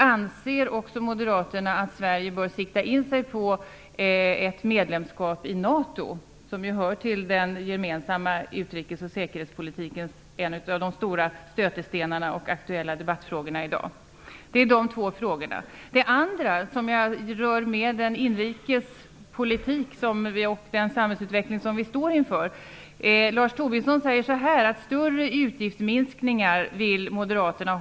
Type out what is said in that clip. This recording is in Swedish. Anser moderaterna att Sverige bör sikta in sig på ett medlemskap i NATO, vilket ju är en av de stora stötestenarna och aktuella debattfrågorna inom den gemensamma utrikes och säkerhetspolitiken i dag? Det är de två frågorna. Vidare jag vill ta upp något som mer rör den inrikespolitik och den samhällsutveckling som vi står inför. Lars Tobisson säger att moderaterna vill ha större utgiftsminskningar och skattelättnader.